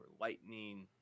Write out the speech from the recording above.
lightning